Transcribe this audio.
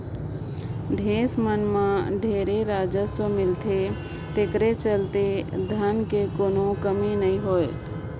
देस मन मं ढेरे राजस्व मिलथे तेखरे चलते धन के कोनो कमी नइ होय